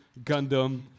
Gundam